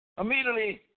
immediately